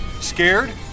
Scared